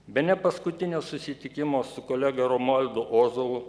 bene paskutinio susitikimo su kolega romualdo ozolo